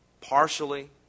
Partially